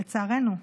לצערנו,